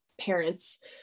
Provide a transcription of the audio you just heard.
parents